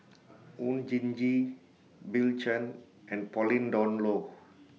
Oon Jin Gee Bill Chen and Pauline Dawn Loh